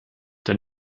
der